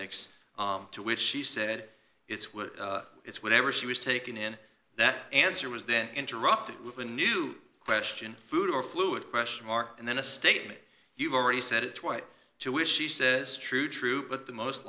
x to which she said it's what it's whatever she was taking in that answer was then interrupted with a new question food or fluid question mark and then a statement you've already said it twice to which she says true true but the most